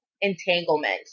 entanglement